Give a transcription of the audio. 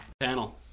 panel